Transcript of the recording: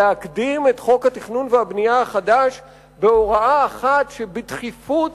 להקדים את חוק התכנון והבנייה החדש בהוראה אחת שבדחיפות